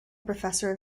professor